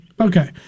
Okay